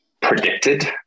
predicted